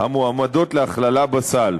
המועמדות להכללה בסל,